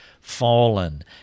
fallen